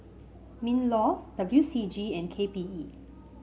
Minlaw W C G and K P E